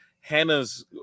Hannah's